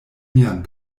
mian